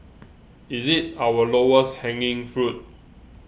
is it our lowest hanging fruit